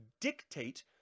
dictate